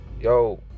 Yo